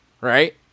right